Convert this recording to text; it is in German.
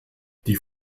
die